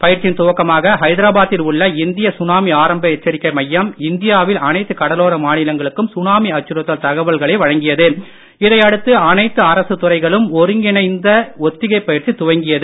பயிற்சியின் துவக்கமாக ஹைதராபாத்தில் உள்ள இந்திய சுனாமி ஆரம்ப எச்சரிக்கை மையம் இந்தியாவில் அனைத்து கடலோர மாநிலங்களுக்கும் சுனாமி அச்சுறுத்தல் தகவல்களை வழங்கியது இதை அடுத்து அனைத்து அரசு துறைகளும் ஒருங்கிணைந்த ஒத்திகை பயிற்சி துவங்கியது